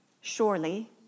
surely